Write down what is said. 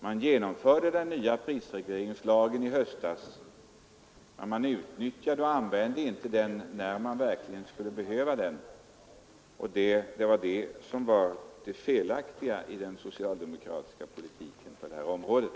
Den nya prisregleringslagen genomfördes visserligen i höstas men man utnyttjade inte den möjligheten när den verkligen skulle ha behövts. Det var det som var det felaktiga i den socialdemokratiska politiken på det här området.